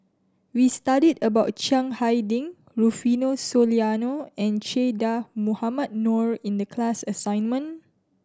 we studied about Chiang Hai Ding Rufino Soliano and Che Dah Mohamed Noor in the class assignment